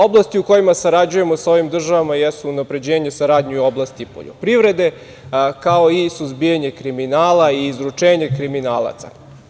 Oblasti u kojima sarađujemo sa ovim državama jesu unapređenje saradnje u oblasti poljoprivrede, kao i suzbijanje kriminala i izručenje kriminalaca.